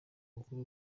mukuru